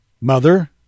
mother